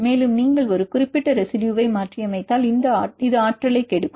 மேலும் நீங்கள் ஒரு குறிப்பிட்ட ரெசிடுயுவை மாற்றியமைத்தால் இது ஆற்றலைக் கெடுக்கும்